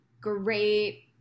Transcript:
great